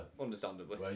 understandably